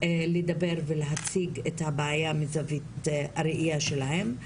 לדבר ולהציג את הבעיה מזווית הראייה שלהם.